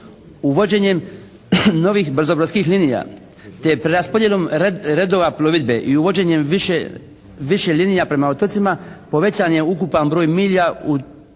Uvođenjem novih brzobrodskih linija te preraspodjelom redova plovidbe i uvođenjem više linija prema otocima povećan je ukupan broj milja